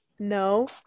no